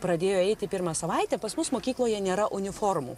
pradėjo eiti pirmą savaitę pas mus mokykloje nėra uniformų